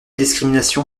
discrimination